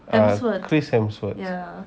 uh chris hemsworth